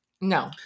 No